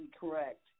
correct